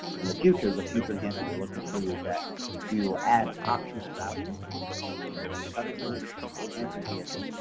and the future, the future enhancement we're looking to do is that we will add optional routing for both the customer and for gsa.